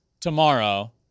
tomorrow